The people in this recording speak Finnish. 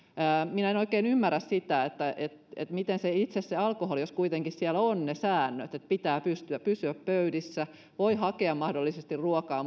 minä en oikein ymmärrä sitä miten itse se alkoholi vaikuttaa jos kuitenkin siellä on ne säännöt että pitää pysyä pöydissä voi hakea mahdollisesti ruokaa